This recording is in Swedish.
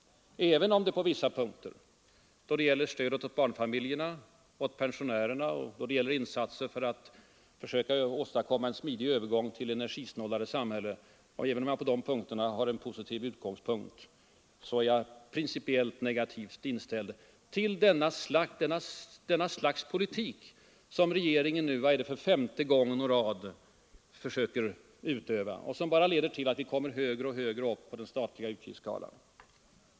Även om jag i vissa avseenden — då det gäller stödet åt barnfamiljerna och pensionärerna och då det gäller insatser för att försöka åstadkomma en smidig övergång till ett energisnålare samhälle — har en positiv utgångspunkt, så är jag principiellt negativt inställd till detta slags politik som regeringen nu för femte gången i rad försöker utöva och som bara leder till att vi kommer högre och högre upp på den statliga utgiftsskalan.